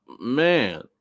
man